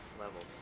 levels